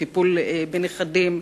וטיפול בנכדים,